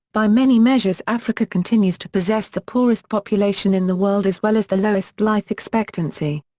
by many measures africa continues to possess the poorest population in the world as well as the lowest life expectancy.